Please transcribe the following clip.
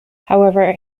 however